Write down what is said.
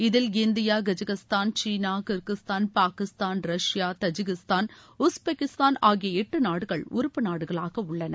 இதில் India Kazakhstan China Kyrgyzstan Pakistan Russia Tajikistan Uzbekistan ஆகிய எட்டு நாடுகள் உறுப்பு நாடுகளாக உள்ளன